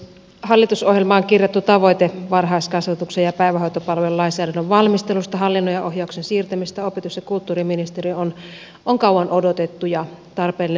hallitusohjelmaan kirjattu tavoite varhaiskasvatuksen ja päivähoitopalvelujen lainsäädännön valmistelun hallinnon ja ohjauksen siirtämisestä opetus ja kulttuuriministeriöön on kauan odotettu ja tarpeellinen uudistus ja muutos